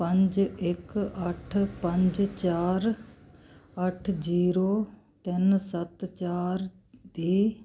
ਪੰਜ ਇੱਕ ਅੱਠ ਪੰਜ ਚਾਰ ਅੱਠ ਜੀਰੋ ਤਿੰਨ ਸੱਤ ਚਾਰ ਦੀ